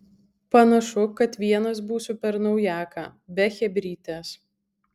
panašu kad vienas būsiu per naujaką be chebrytės